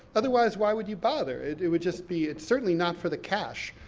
otherwise, why would you bother? it it would just be, it's certainly not for the cash.